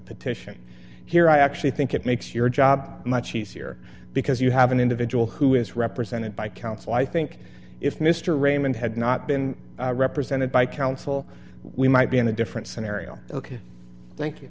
petition here i actually think it makes your job much easier because you have an individual who is represented by counsel i think if mr raymond had not been represented by counsel we might be in a different scenario ok thank you